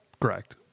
Correct